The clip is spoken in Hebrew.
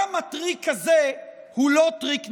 גם הטריק הזה הוא לא טריק נצחי.